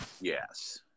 Yes